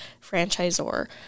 franchisor